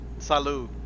Salud